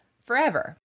forever